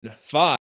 Five